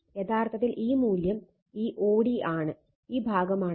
യഥാർത്ഥത്തിൽ ഈ മൂല്യം ഈ o d ആണ് ഈ ഭാഗമാണ് അത്